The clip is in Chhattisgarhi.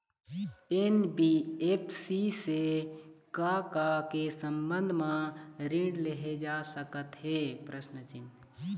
एन.बी.एफ.सी से का का के संबंध म ऋण लेहे जा सकत हे?